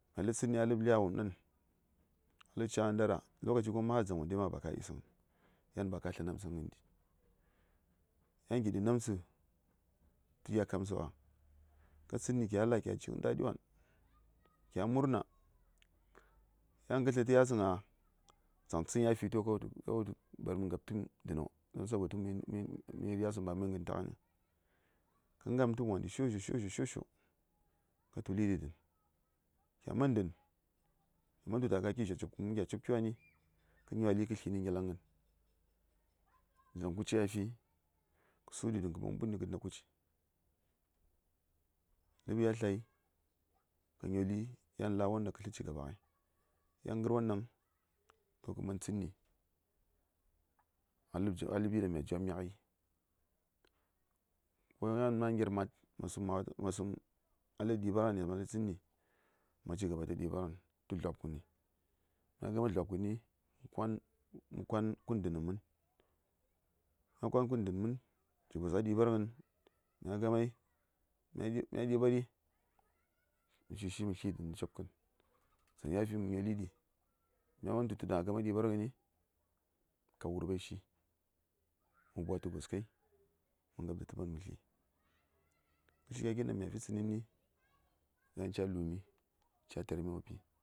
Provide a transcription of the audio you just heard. myatlən tsədni a ləb lyawom dan ləb cagən dara lokaci gon ma har dzaŋ wondai ma ba ka yi səŋəŋ yan ba ka tlə namtsəŋ ghəndi yan kiɗi namtsə tə gya kamtsawa ka tsənni kya la kya jighən dadi wan kya murna yan kə tlə tə yasəŋ gna dzaŋ tsən ya fi to kawutu ka wutu bari mə ngab tum dəno don sabo tu mə yir yasəŋ ba mə yir ghə taghənhuŋ kə ngab təm wanɗi shosho shosho shosho shoshokə tuli ɗi dən kya man dən kyaman tu ta gaki dzha copkən məni kya copki wani kə nyali kətli nə ngelaŋghən dzaŋ kuci ya fi kə sughəɗi dən kəman mbuni kə ndai kuci ləb ya tla ka nyoli yan la won ɗa kasəŋ ci gaɓa ghai yan ghərwon ɗaŋ toh kəman tsəni a ləb ja a ləɓi ɗaŋ mya djwami ghayi koyan ma nger ma:d a sum a ləb ɗiɓarghənes məsəŋ tsəni ma ci gaba tə ɗiɓarghən tə dlwabkən mya gama dlwakəni mə kwan kun dənan mən mya kwan kun dən mən cigos a ɗiɓarghən mya gamai mya ɗiɓari mə shi shi mə tli dən nə copkən dzaŋ ya fi mə nyoli ɗi ya man tutə ɗaŋ a gama ɗiɓarghəni mə kab wurɓashi mə bwatə gos kai mə ngab datəpan mə tli ghəshi gya gin ɗaŋ mya fi tsənən ni yan ca lu: mi ca talarmi